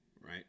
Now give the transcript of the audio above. right